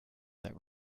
that